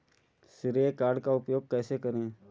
श्रेय कार्ड का उपयोग कैसे करें?